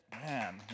Man